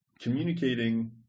communicating